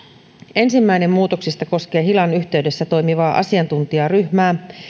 ensimmäinen muutoksista koskee hilan yhteydessä toimivaa asiantuntijaryhmää